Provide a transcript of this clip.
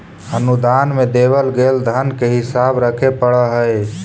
अनुदान में देवल गेल धन के हिसाब रखे पड़ा हई